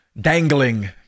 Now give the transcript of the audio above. dangling